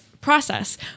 process